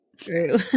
True